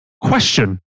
question